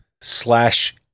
slash